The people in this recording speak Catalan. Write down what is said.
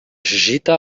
gita